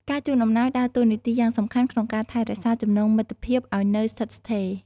ការជូនអំណោយដើរតួនាទីយ៉ាងសំខាន់ក្នុងការថែរក្សាចំណងមិត្តភាពឲ្យនៅស្ថិតស្ថេរ។